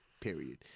period